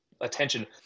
attention